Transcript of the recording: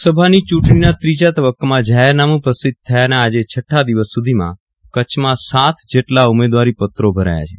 લોકસભાની ચૂંટણીના ત્રીજા તબ્બકામાં જાહેરનામું પ્રસિદ્ધ થવાના આજે છઠ્ઠા દિવસ સુધીમાં કચ્છમાં સાત જેટલા ઉમેદવારીપત્રો ભરાયા છે